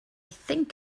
think